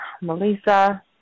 Melissa